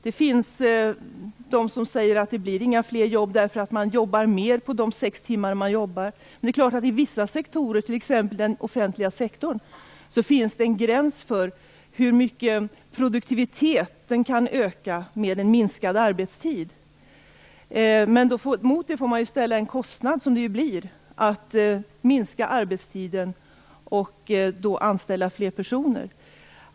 Det finns de som säger att det inte blir fler jobb, därför att man jobbar mer under de sex timmar man jobbar. I vissa sektorer, t.ex. den offentliga sektorn, finns det självfallet en gräns för hur mycket produktiviteten kan öka med en minskad arbetstid. Mot detta får man ställa den kostnad som en minskad arbetstid innebär, och anställa fler personer.